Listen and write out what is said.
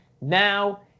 Now